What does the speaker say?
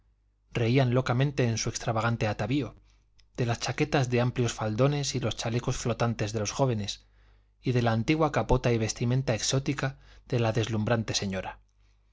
reían locamente de su extravagante atavío de las chaquetas de amplios faldones y los chalecos flotantes de los jóvenes y de la antigua capota y vestimenta exótica de la deslumbrante señora